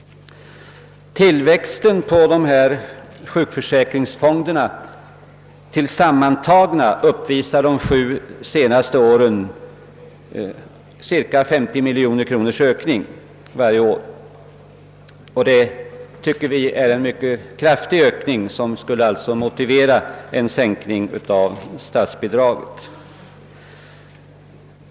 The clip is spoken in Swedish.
Tillväxten av sjukförsäkringsfonderna = tillsammantagna har de sju senaste åren varit cirka 50 miljoner kronor per år, och det tycker vi är en mycket kraftig ökning, som skulle motivera en sänkning av statsbidraget.